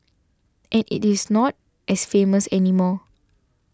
and it is not as famous anymore